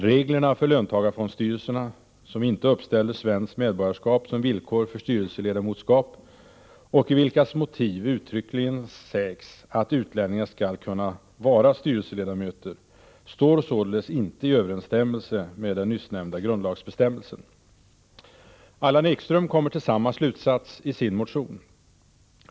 Reglerna för löntagarfondsstyrelserna, som inte uppställer svenskt medborgarskap som villkor för styrelseledamotskap och i vilkas motiv uttryckligen sägs att utlänningar skall kunna vara styrelseledamöter, står således inte i överensstämmelse med den nyssnämnda grundlagsbestämmelsen. Allan Ekström kommer till samma slutsats i sin motion.